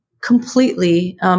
completely